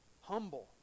Humble